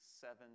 seven